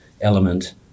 element